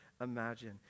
imagine